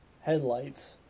headlights